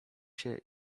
się